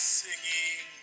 singing